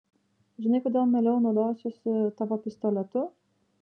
žinai kodėl mieliau naudosiuosi tavo pistoletu